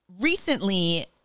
recently